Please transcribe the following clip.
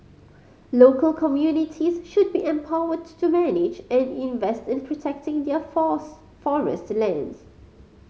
local communities should be empowered to manage and invest in protecting their forest lands